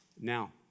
now